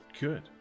good